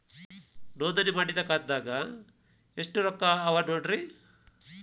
ನೋಂದಣಿ ಮಾಡಿದ್ದ ಖಾತೆದಾಗ್ ಎಷ್ಟು ರೊಕ್ಕಾ ಅವ ನೋಡ್ರಿ